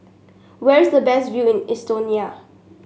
where's the best view in Estonia